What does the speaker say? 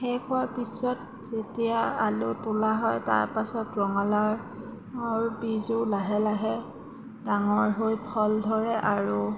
শেষ হোৱাৰ পিছত যেতিয়া আলু তোলা হয় তাৰপাছত ৰঙালাওৰ বীজো লাহে লাহে ডাঙৰ হৈ ফল ধৰে আৰু